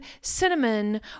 cinnamon